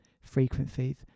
frequencies